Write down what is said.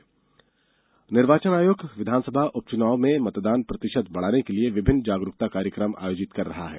मतदाता जागरूकता निर्वाचन आयोग विधानसभा उपचुनाव में मतदान प्रतिशत बढ़ाने के लिए विभिन्न जागरूकता कार्यक्रम आयोजित कर रहा है